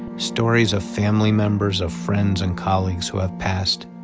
stories of family members, of friends and colleagues who have passed.